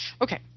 okay